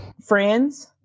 Friends